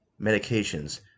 medications